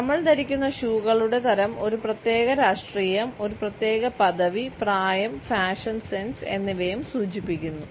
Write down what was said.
നമ്മൾ ധരിക്കുന്ന ഷൂകളുടെ തരം ഒരു പ്രത്യേക രാഷ്ട്രീയം ഒരു പ്രത്യേക പദവി പ്രായം ഫാഷൻ സെൻസ് എന്നിവയും സൂചിപ്പിക്കുന്നു